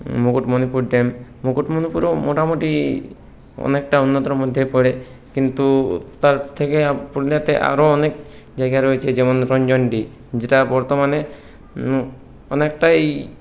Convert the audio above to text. Mukutmanipur dam মুকুটমণিপুরেও মোটামুটি অনেকটা উন্নতর মধ্যে পড়ে কিন্তু তার থেকে পুরুলিয়াতে আরও অনেক জায়গা রয়েছে যেমন পানজংডি যেটা বর্তমানে অনেকটাই